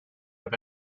have